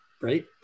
Right